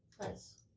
Nice